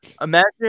Imagine